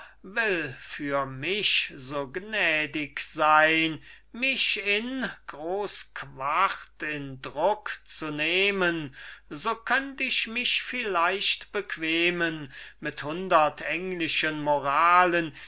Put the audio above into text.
für mich so gnädig sein mich in groß quart in druck zu nehmen so könnt ich mich vielleicht bequemen mit hundert englischen moralen